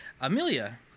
Amelia